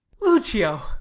lucio